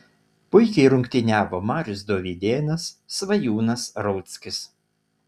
puikiai rungtyniavo marius dovydėnas svajūnas rauckis